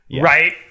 right